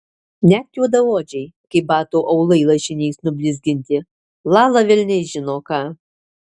net juodaodžiai kaip batų aulai lašiniais nublizginti lala velniai žino ką